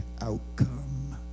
outcome